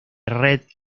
red